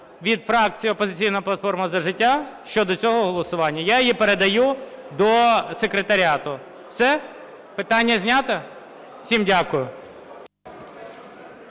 від фракції "Опозиційна платформа – За життя" щодо цього голосування. Я її передаю до секретаріату. Все? Питання знято? Всім дякую.